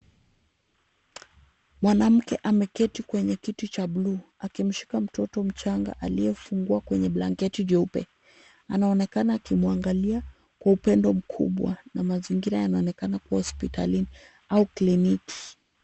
Mwanamke ameketi kwenye kiti cha blue akimshika mtoto mchanga aliyefungwa kwenye blanketi jeupe. Anaonekana akimwangalia kwa upendo mkubwa na mazingira yanaonekana kuwa hospitalini au kliniki.